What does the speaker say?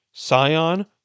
Sion